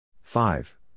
Five